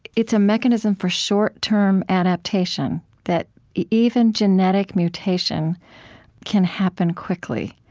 it's a mechanism for short-term adaptation that even genetic mutation can happen quickly,